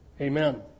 Amen